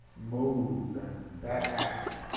move, that that act,